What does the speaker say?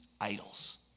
idols